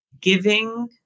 giving